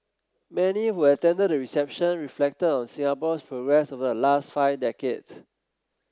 many who attended the reception reflected on Singapore's progress over the last five decades